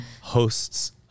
hosts